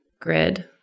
grid